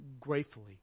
gratefully